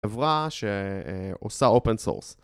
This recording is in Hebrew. חברה שעושה אופן סורס